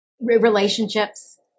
relationships